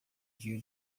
dia